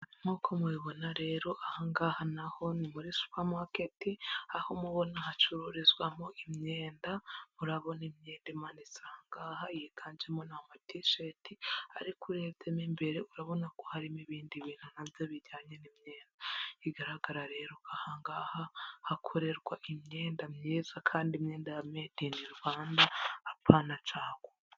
Nk'uko mubibona rero ahangaha naho ni muri supermarket, aho mubona hacururizwamo imyenda, murabona imyenda imanitse aha ngaha iyiganjemo ni amat-shirt, ariko urebyemo imbere urabona ko harimo ibindi bintu na byo bijyanye n'imyenda, bigaragara rero ko aha ngaha hakorerwa imyenda myiza kandi imyenda ya made in Rwanda apana caguwa.